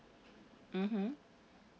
mmhmm